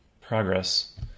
progress